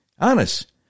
Honest